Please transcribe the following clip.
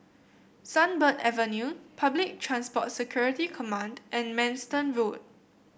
Sunbird Avenue Public Transport Security Command and Manston Road